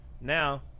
now